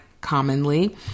commonly